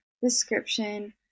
description